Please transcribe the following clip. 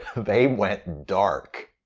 they went dark.